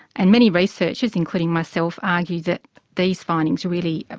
and many researchers, including myself, argue that these findings really